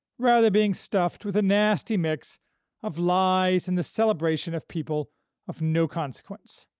rather being stuffed with a nasty mix of lies and the celebration of people of no consequence.